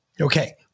Okay